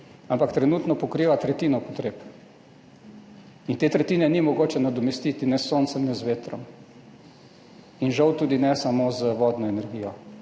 ampak trenutno pokriva tretjino potreb in te tretjine ni mogoče nadomestiti ne s soncem, ne z vetrom in žal tudi ne samo z vodno energijo.